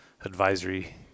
advisory